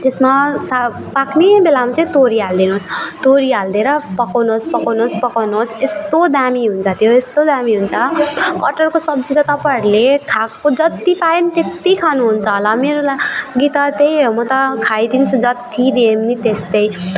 त्यसमा सा पाक्ने बेलामा चाहिँ तोरी हालिदिनुहोस् तोरी हालिदिएर पकाउनुहोस् पकाउनुहोस् पकाउनुहोस् यस्तो दामी हुन्छ त्यो यस्तो दामी हुन्छ कटहरको सब्जी त तपाईँहरूले खाएको जति पाए पनि त्यति खानुहुन्छ होला मेरो लागि त त्यही हो म त खाइदिन्छु जति दिए पनि त्यस्तै